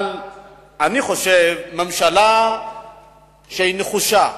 אבל אני חושב שממשלה שהיא נחושה,